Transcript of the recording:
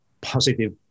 positive